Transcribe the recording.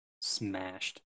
Smashed